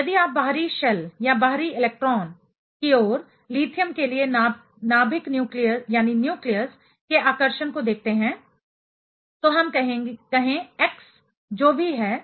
तो यदि आप बाहरी शेल या बाहरी इलेक्ट्रॉन की ओर लिथियम के लिए नाभिक न्यूक्लियस के आकर्षण को देखते हैं तो हम कहें x जो भी है